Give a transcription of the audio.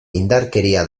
indarkeria